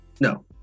No